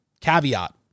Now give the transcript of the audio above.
caveat